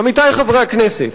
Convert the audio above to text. עמיתי חברי הכנסת,